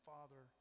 Father